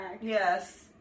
Yes